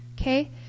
okay